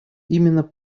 именно